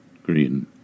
Green